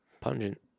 pungent